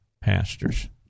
pastors